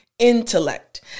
Intellect